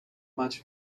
much